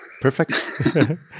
Perfect